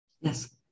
Yes